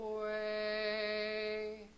away